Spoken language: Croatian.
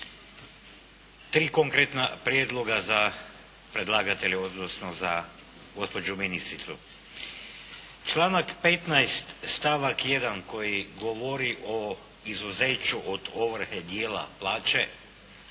tri konkretna prijedloga za predlagatelje, odnosno za gospođu ministricu. Članak 15. stavak 1. koji govori o izuzeću od ovrhe dijela plaće